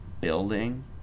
building